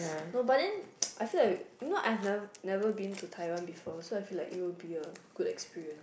no but then I feel like you know I've nev~ never been to taiwan before so I feel like it will be a good experience